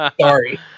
Sorry